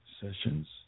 sessions